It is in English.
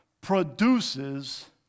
produces